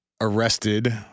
arrested